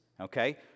okay